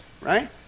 Right